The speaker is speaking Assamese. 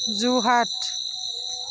যোৰহাট